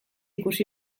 ikusi